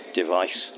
device